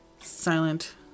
silent